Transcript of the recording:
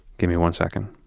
give me one second.